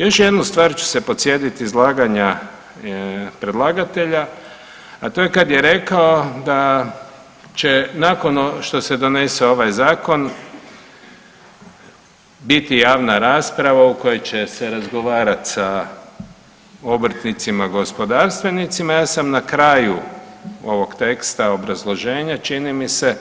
Još jednu stvar ću se podsjetiti izlaganja predlagatelja, a to je kada je rekao da će nakon što se donese ovaj Zakon biti javna rasprava u kojoj će se razgovarati sa obrtnicima, gospodarstvenicima, ja sam na kraju ovog teksta obrazloženja, čini mi se,